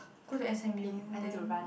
go to s_m_u then